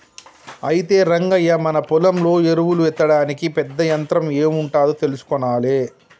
అయితే రంగయ్య మన పొలంలో ఎరువులు ఎత్తడానికి పెద్ద యంత్రం ఎం ఉంటాదో తెలుసుకొనాలే